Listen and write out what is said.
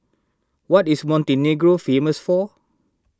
what is Montenegro famous for